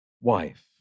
wife